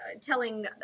telling